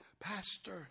Pastor